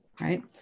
right